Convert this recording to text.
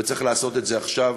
וצריך לעשות את זה עכשיו.